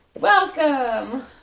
Welcome